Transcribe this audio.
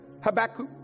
Habakkuk